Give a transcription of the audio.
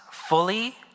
Fully